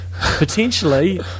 potentially